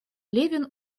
левин